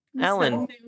Alan